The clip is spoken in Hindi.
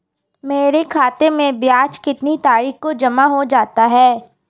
मेरे खाते में ब्याज कितनी तारीख को जमा हो जाता है?